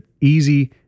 easy